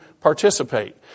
participate